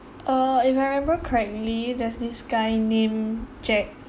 err if I remember correctly there's this guy name jack